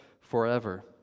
forever